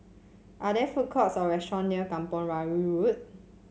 are there food courts or restaurant near Kampong Kayu Road